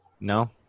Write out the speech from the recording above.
No